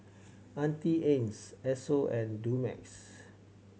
Auntie Anne's Esso and Dumex